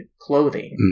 clothing